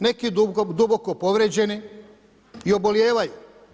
Neki duboko povrijeđeni i obolijevaju.